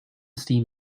steam